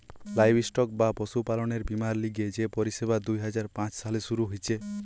livestock বা পশুপালনের বীমার লিগে যে পরিষেবা দুই হাজার পাঁচ সালে শুরু হিছে